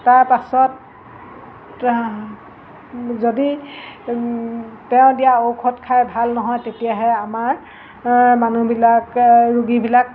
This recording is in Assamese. তাৰপাছত যদি তেওঁ দিয়া ঔষধ খাই ভাল নহয় তেতিয়াহে আমাৰ মানুহবিলাকে ৰোগীবিলাক